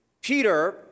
Peter